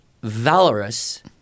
valorous